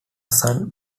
son